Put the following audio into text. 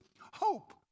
hope